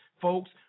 folks